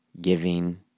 giving